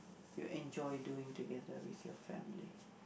you enjoy doing together with your family